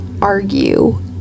argue